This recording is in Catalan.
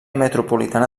metropolitana